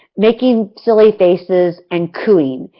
making silly faces and cooing.